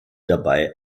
dabei